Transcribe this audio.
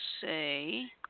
say